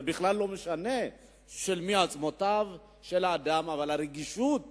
זה בכלל לא משנה של מי עצמות האדם, אבל הרגישות